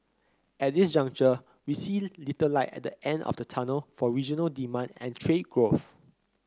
at this juncture we see little light at the end of the tunnel for regional demand and trade growth